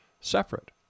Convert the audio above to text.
separate